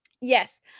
Yes